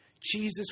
Jesus